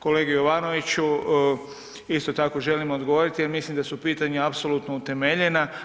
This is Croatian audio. Kolegi Jovanoviću isto tako želim odgovoriti jer mislim da su pitanja apsolutno utemeljena.